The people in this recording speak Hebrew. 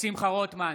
שמחה רוטמן,